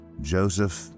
Joseph